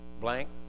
Blank